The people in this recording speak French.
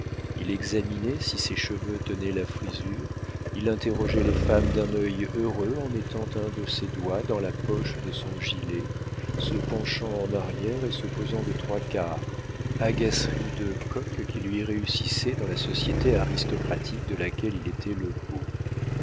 il examinait si ses cheveux tenaient la frisure il interrogeait les femmes d'un œil heureux en mettant un de ses doigts dans la poche de son gilet se penchant en arrière et se posant de trois quarts agaceries de coq qui lui réussissaient dans la société aristocratique de laquelle il était le beau